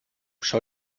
schau